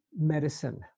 medicine